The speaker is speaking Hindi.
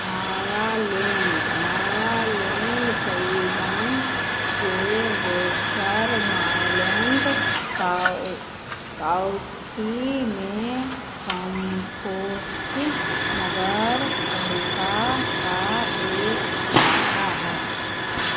नायालैण्ड्स नायालैण्ड्स स्वीडन के बेस्टरलैण्ड्स काउ काउण्टी में कम्फोर्स नगर पालिका का एक इलाका है